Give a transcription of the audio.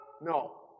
No